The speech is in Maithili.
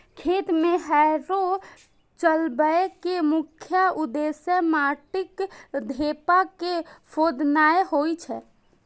खेत मे हैरो चलबै के मुख्य उद्देश्य माटिक ढेपा के फोड़नाय होइ छै